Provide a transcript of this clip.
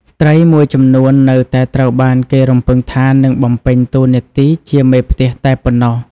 ស្ត្រីមួយចំនួននៅតែត្រូវបានគេរំពឹងថានឹងបំពេញតួនាទីជាមេផ្ទះតែប៉ុណ្ណោះ។